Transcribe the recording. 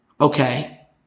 okay